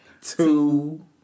two